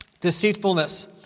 deceitfulness